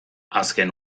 azken